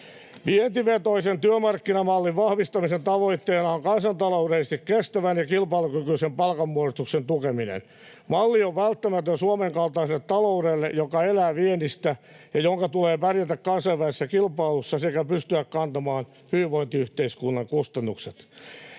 Vientivetoisen työmarkkinamallin vahvistamisen tavoitteena on kansantaloudellisesti kestävän ja kilpailukykyisen palkanmuodostuksen tukeminen. Malli on välttämätön Suomen kaltaiselle taloudelle, joka elää viennistä ja jonka tulee pärjätä kansainvälisessä kilpailussa sekä pystyä kantamaan hyvinvointiyhteiskunnan kustannukset.